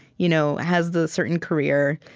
you know has the certain career,